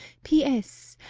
p. s.